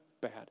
bad